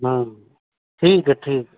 हाँ ठीक है ठीक